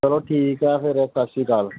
ਚਲੋ ਠੀਕ ਆ ਫਿਰ ਓ ਸਤਿ ਸ਼੍ਰੀ ਅਕਾਲ